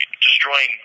destroying